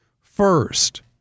First